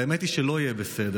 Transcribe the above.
והאמת היא שלא יהיה בסדר,